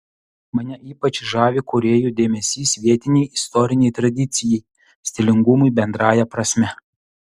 mane ypač žavi kūrėjų dėmesys vietinei istorinei tradicijai stilingumui bendrąja prasme